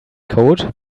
code